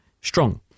strong